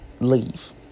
leave